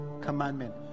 commandment